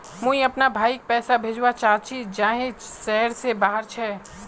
मुई अपना भाईक पैसा भेजवा चहची जहें शहर से बहार छे